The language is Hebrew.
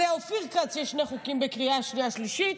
לאופיר כץ יש שני חוקים בקריאה השנייה והשלישית.